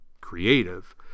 creative